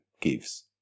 gives